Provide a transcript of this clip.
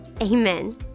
amen